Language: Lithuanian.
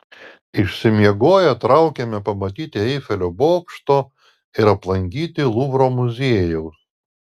išsimiegoję traukėme pamatyti eifelio bokšto ir aplankyti luvro muziejaus